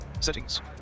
settings